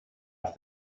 off